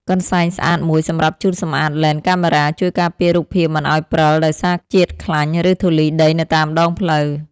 កន្សែងស្អាតមួយសម្រាប់ជូតសម្អាតលែនកាមេរ៉ា ជួយការពាររូបភាពមិនឱ្យព្រិលដោយសារជាតិខ្លាញ់ ឬធូលីដីនៅតាមដងផ្លូវ។